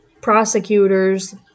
prosecutors